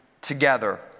together